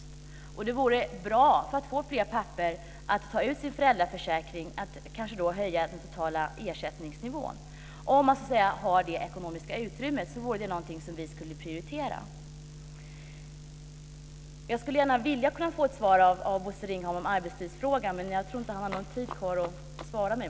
Då vore det bra, t.ex. för att få fler pappor att ta ut sin föräldraförsäkring, att höja den totala ersättningsnivån. Om vi hade det ekonomiska utrymmet vore det någonting som vi skulle prioritera. Jag skulle gärna vilja få ett svar från Bosse Ringholm om arbetstidsfrågan, men jag tror inte att han har någon tid kvar att svara mig.